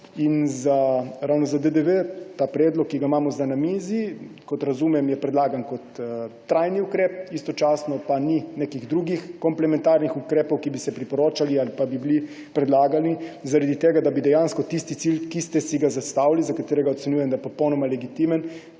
Ravno za DDV, ta predlog, ki ga imamo zdaj na mizi, kot razumem, je predlagan kot trajni ukrep, istočasno pa ni nekih drugih komplementarnih ukrepov, ki bi se priporočali ali bi bili predlagani za to, da bi bilo dejansko tisti cilj, ki ste si ga zastavili, za katerega ocenjujem, da je popolnoma legitimen,